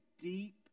deep